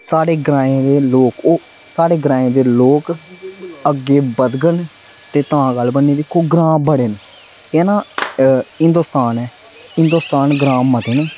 साढ़े ग्रांऐं दे लोग ओह् साढ़े ग्रांऐं दे लोग अग्गें बधङन ते तां गल्ल बननी ते दिक्खो आं ग्रांऽ बड़े न एह् ना हिंदोस्तान ऐ हिंदोस्तान ग्रांऽ मते न